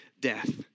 death